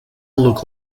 look